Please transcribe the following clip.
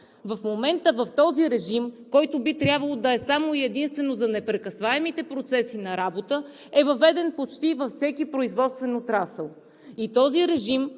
„В момента този режим, който би трябвало да е само и единствено за непрекъсваемите процеси на работа, е въведен почти във всеки производствен отрасъл. И този режим,